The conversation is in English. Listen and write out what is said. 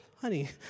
honey